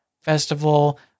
festival